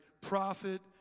prophet